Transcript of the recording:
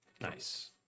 Nice